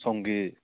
ꯁꯣꯝꯒꯤ